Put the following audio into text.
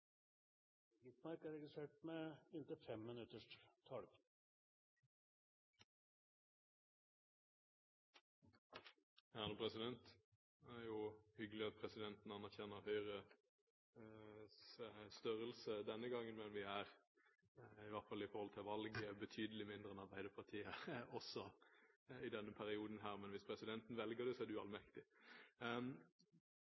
Gitmark er registrert med inntil 5 minutters taletid. Det er jo hyggelig at presidenten anerkjenner Høyres størrelse denne gangen, men vi er, i hvert fall i forhold til valget, betydelig mindre enn Arbeiderpartiet også i denne perioden. Men hvis presidenten velger det, så er